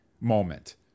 moment